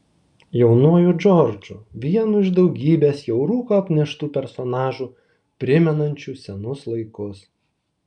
jaunuoju džordžu vienu iš daugybės jau rūko apneštų personažų primenančių senus laikus